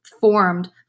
formed